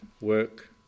work